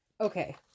Okay